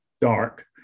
dark